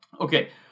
Okay